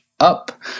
up